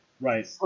Right